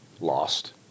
lost